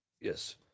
Yes